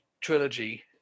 trilogy